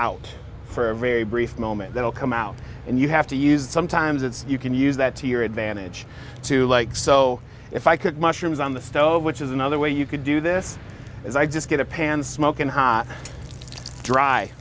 out for a very brief moment that will come out and you have to use it sometimes it's you can use that to your advantage to like so if i could mushrooms on the stove which is another way you could do this is i just get a pan smokin hot dry